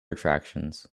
attractions